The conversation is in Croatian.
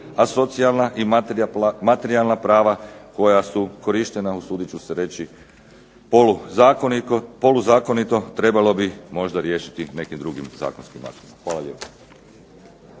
a socijalna i materijalna prava koja su korištena, usudit ću se reći, poluzakonito trebalo bi možda riješiti nekim drugim zakonskim aktom. Hvala lijepo.